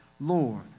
Lord